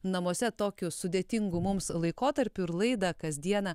namuose tokiu sudėtingu mums laikotarpiu ir laidą kasdieną